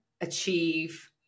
achieve